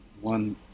one